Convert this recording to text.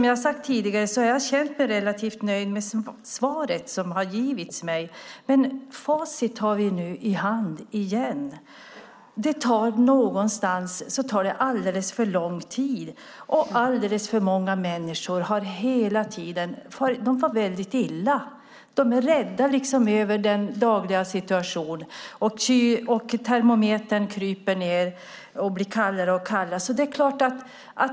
Jag har tidigare sagt att jag har känt mig relativt nöjd med det svar jag har fått, men vi har återigen facit i hand. Någonstans tar det alldeles för lång tid, och alldeles för många människor far illa. De är rädda för den dagliga situationen. Termometern kryper nedåt, och det blir kallare och kallare.